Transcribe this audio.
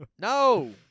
No